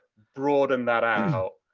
broaden that and out.